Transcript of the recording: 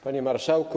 Panie Marszałku!